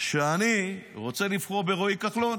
שאני רוצה לבחור ברועי כחלון,